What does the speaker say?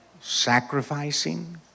sacrificing